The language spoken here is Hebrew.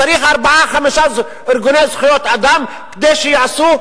צריך ארבעה-חמישה ארגוני זכויות אדם כדי שיעשו,